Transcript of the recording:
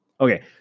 Okay